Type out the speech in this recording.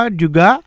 juga